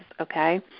okay